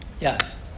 Yes